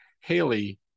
Haley